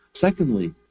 Secondly